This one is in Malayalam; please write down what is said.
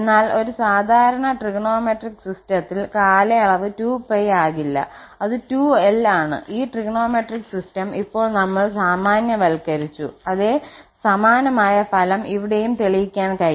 എന്നാൽ ഒരു സാധാരണ ത്രികോണമെട്രിക് സിസ്റ്റത്തിൽ കാലയളവ് 2π ആകില്ല അത് 2𝑙 ആണ് ഈ ത്രികോണമെട്രിക് സിസ്റ്റം ഇപ്പോൾ നമ്മൾ സാമാന്യവൽക്കരിച്ചു അതേ സമാനമായ ഫലം ഇവിടെയും തെളിയിക്കാൻ കഴിയും